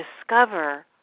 discover